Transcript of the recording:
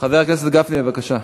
חבר הכנסת גפני, בבקשה.